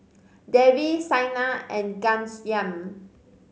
Devi Saina and Ghanshyam